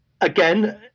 Again